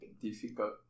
difficult